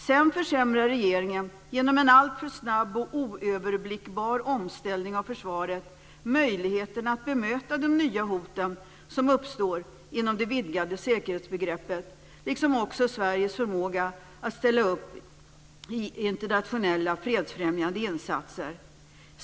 Sedan försämrar regeringen, genom en alltför snabb och oöverblickbar omställning av försvaret, möjligheten att bemöta de nya hot som uppstår inom det vidgade säkerhetsbegreppet liksom även Sveriges förmåga att ställa upp i internationella fredsfrämjande insatser.